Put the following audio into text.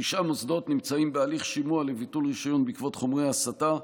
תשעה מוסדות נמצאים בהליך שימוע לביטול רישיון בעקבות חומרי הסתה,